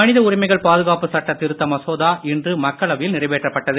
மனித உரிமைகள் பாதுகாப்பு சட்டத் திருத்த மசோதா இன்று மக்களவையில் நிறைவேற்றப் பட்டது